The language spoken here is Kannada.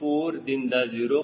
4 0